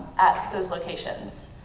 at those locations.